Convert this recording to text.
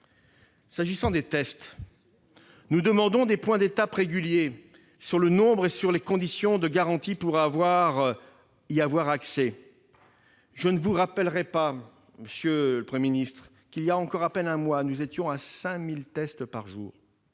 Quant aux tests, nous demandons des points d'étape réguliers sur leur nombre et les garanties entourant leur disponibilité. Je ne vous rappellerai pas, monsieur le Premier ministre, qu'il y a encore à peine un mois nous étions à 5 000 tests par jour